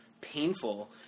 painful